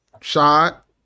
Shot